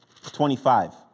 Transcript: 25